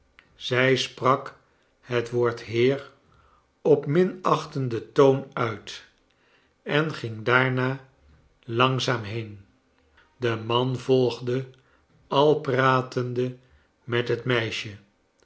zij sprak het woord heer op minachtenden toon uit en ging daarna langzaam heen de man volgde al pratende met het meisje